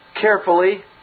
carefully